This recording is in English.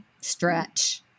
stretch